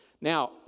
Now